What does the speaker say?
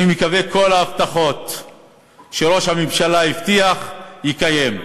אני מקווה שאת כל ההבטחות שראש הממשלה הבטיח הוא יקיים,